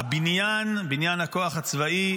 בניין הכוח הצבאי,